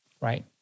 right